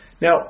Now